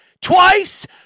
twice